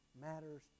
matters